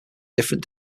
different